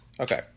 Okay